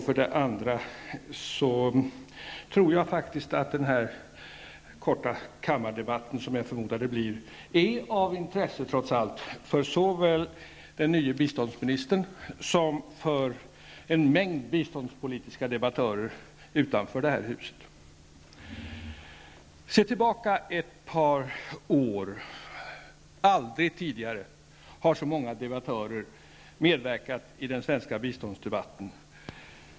För det andra tror jag faktiskt att den här korta kammardebatten -- jag förmodar att det blir det -- trots allt är av intresse för såväl den nya biståndsministern som för en mängd biståndspolitiska debattörer utanför det här huset. Låt oss se tillbaka ett par år. Aldrig tidigare har så många debattörer medverkat i den svenska biståndsdebatten.